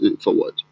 forward